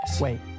Wait